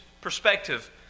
perspective